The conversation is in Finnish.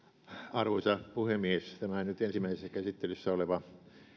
arvoisa puhemies tämä nyt ensimmäisessä käsittelyssä oleva